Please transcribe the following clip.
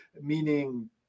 meaning